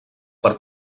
per